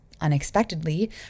unexpectedly